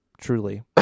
Truly